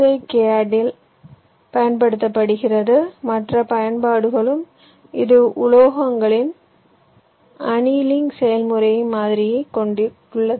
ஐ கேடில் பயன்படுத்தப்படுகிறது மற்ற பயன்பாடுகளிலும் இது உலோகங்களின் அனீலிங் செயல்முறையை மாதிரியாகக் கொண்டுள்ளது